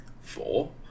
four